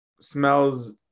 smells